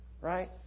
Right